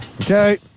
Okay